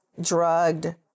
drugged